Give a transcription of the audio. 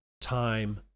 time